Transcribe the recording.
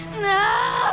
No